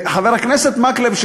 חבר הכנסת מקלב,